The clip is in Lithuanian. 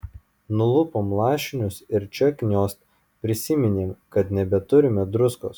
nulupom lašinius ir čia kniost prisiminėm kad nebeturime druskos